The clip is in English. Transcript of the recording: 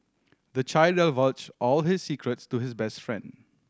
the child divulged all his secrets to his best friend